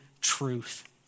truth